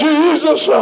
Jesus